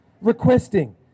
requesting